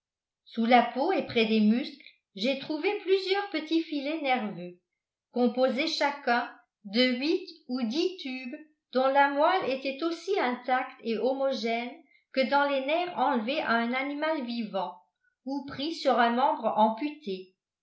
sous la peau et près des muscles j'ai trouvé plusieurs petits filets nerveux composés chacun de huit ou dix tubes dont la moelle était aussi intacte et homogène que dans les nerfs enlevés à un animal vivant ou pris sur un membre amputé